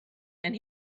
and